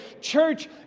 church